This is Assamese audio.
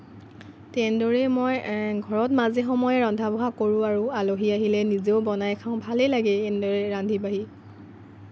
তেনেদৰেই মই ঘৰত মাজে সময়ে ৰন্ধা বঢ়া কৰোঁ আৰু আলহী আহিলে নিজেও বনাই খাওঁ ভালেই লাগে এনেদৰে ৰান্ধি বাঢ়ি